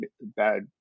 bad